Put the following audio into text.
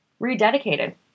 rededicated